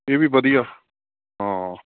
ਇਹ ਵੀ ਵਧੀਆ ਹਾਂ